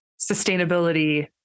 sustainability